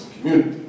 community